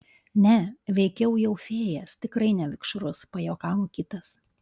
ne veikiau jau fėjas tikrai ne vikšrus pajuokavo kitas